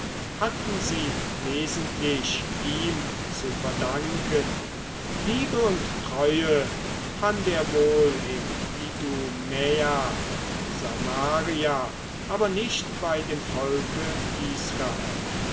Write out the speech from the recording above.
hatten sie wesentlich ihm zu verdanken liebe und treue fand er wohl in idumäa und samaria aber nicht bei dem volke israel